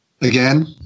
again